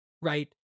Right